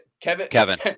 Kevin